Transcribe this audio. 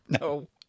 No